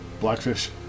Blackfish